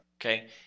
okay